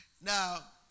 Now